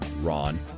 Ron